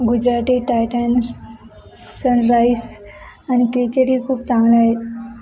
Gujarati Titans sunrise आणि क्रिकेटही खूप चांगले आहेत